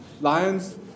lion's